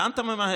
לאן אתה ממהר,